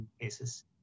cases